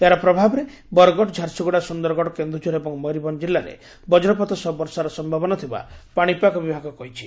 ଏହାର ପ୍ରଭାବରେ ବରଗଡ଼ ଝାରସୁଗୁଡ଼ା ସୁନ୍ଦରଗଡ଼ କେନୁଝର ଏବଂ ମୟରଭଞ୍ଚ ଜିଲ୍ଲାରେ ବଜ୍ରପାତ ସହ ବର୍ଷାର ସୟାବନା ଥିବା ପାଣିପାଗ ବିଭାଗ କହିଛି